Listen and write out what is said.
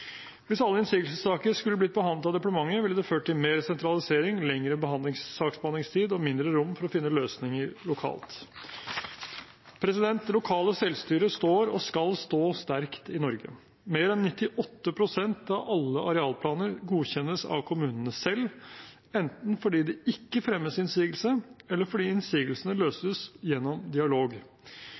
Hvis alle innsigelsessaker skulle blitt behandlet av departementet, ville det ført til mer sentralisering, lengre saksbehandlingstid og mindre rom for å finne løsninger lokalt. Det lokale selvstyret står og skal stå sterkt i Norge. Mer enn 98 pst. av alle arealplaner godkjennes av kommunene selv, enten fordi det ikke fremmes innsigelse, eller fordi innsigelsene løses gjennom dialog.